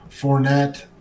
Fournette